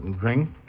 drink